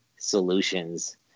solutions